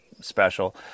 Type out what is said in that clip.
special